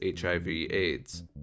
HIV-AIDS